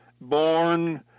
born